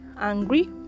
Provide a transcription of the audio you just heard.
angry